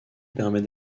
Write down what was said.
permet